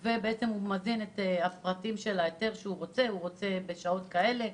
הוא מזין את הפרטים של ההיתר שהוא רוצה: הוא רוצה בשעות כאלה,